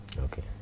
Okay